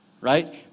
right